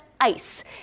ice